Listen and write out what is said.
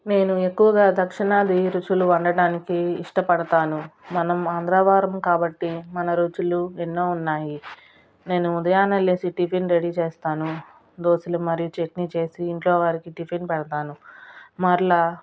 నేను ఎక్కువగా దక్షిణాది రుచులు వండడానికి ఇష్టపడుతాను మనం ఆంధ్ర వారం కాబట్టి మన రుచులు ఎన్నో ఉన్నాయి నేను ఉదయాన్నే లేసి టిఫిన్ రెడీ చేస్తాను దోశలు మరియు చట్నీ చేసి ఇంట్లో వారికి టిఫిన్ పెడతాను మళ్ళీ